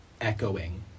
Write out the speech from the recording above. echoing